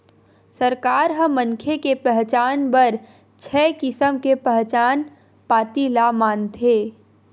सरकार ह मनखे के पहचान बर छय किसम के पहचान पाती ल मानथे